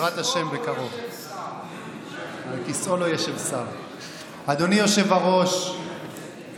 ההזדמנות לעמוד כאן שוב ולמשוך את הזמן,